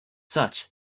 such